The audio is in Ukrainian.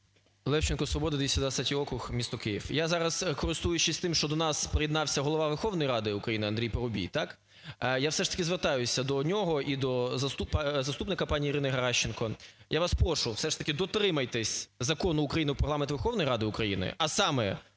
Левченко, "Свобода", 223 округ, місто Київ. Я зараз, користуючись тим, що до нас приєднався Голова Верховної Ради України Андрій Парубій, так, я все ж таки звертаюся до нього і до заступника пані Ірини Геращенко. Я вас прошу все ж таки дотримайтесь Закону України про Регламент Верховної Ради України, а саме,